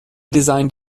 designed